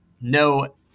no